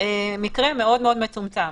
מקרים מאוד מצומצמים.